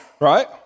right